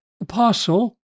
apostle